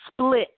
split